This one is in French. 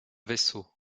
vaisseau